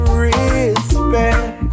respect